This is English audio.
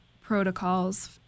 protocols